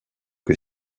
que